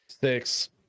six